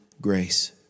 grace